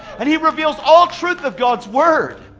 and he reveals all truth of god's word.